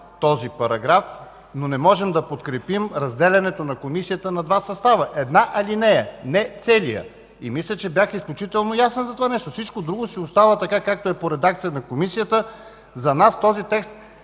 този параграф, но не можем да подкрепим разделянето на Комисията на два състава – една алинея, а не целият параграф. Мисля, че бях изключително ясен за това нещо. Всичко друго си остава, както е по редакция на Комисията. За нас този текст